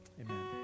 Amen